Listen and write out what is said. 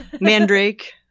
Mandrake